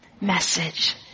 message